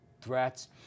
threats